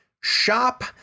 shop